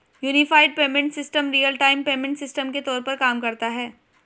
unified payment system real time payment system के तौर पर काम करता है